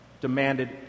demanded